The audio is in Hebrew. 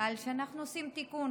על שאנחנו עושים תיקון.